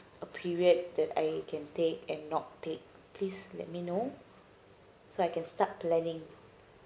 a period that I can take and not take please let me know so I can start planning